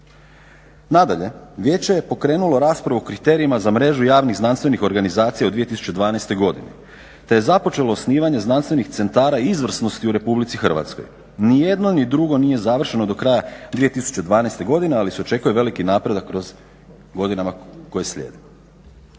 Nadalje, Vijeće je pokrenulo raspravu o kriterijima za mrežu javnih, znanstvenih organizacija u 2012. godini, te je započelo osnivanje znanstvenih centara izvrsnosti u Republici Hrvatskoj. Ni jedno ni drugo nije završeno do kraja 2012. godine, ali se očekuje veliki napredak kroz godinama koje slijede.